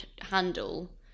handle